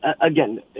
Again